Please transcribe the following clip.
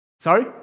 Sorry